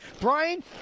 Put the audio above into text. Brian